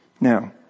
Now